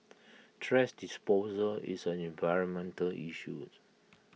thrash disposal is an environmental issued